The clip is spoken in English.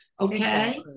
Okay